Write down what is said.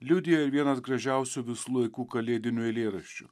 liudija ir vienas gražiausių visų laikų kalėdinių eilėraščių